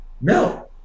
No